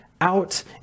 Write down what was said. out